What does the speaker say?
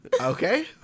Okay